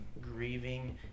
grieving